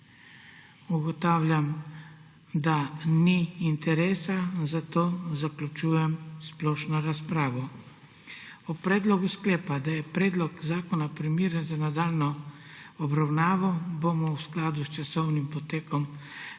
Ugotavljam, da ni interesa, zato zaključujem splošno razpravo. O predlogu sklepa, da je predlog zakona primeren za nadaljnjo obravnavo, bomo v skladu s časovnim potekom seje